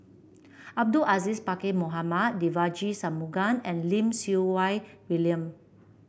Abdul Aziz Pakkeer Mohamed Devagi Sanmugam and Lim Siew Wai William